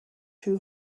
two